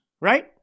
right